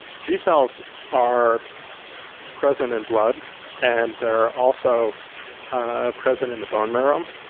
v-cells are present in blood and they're also ah present in the bone marrow. um